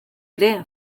ere